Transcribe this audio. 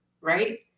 right